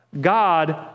God